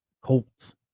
Colts